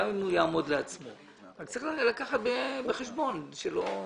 גם אם הוא יעמוד לעצמו אבל צריך לקחת בחשבון שלא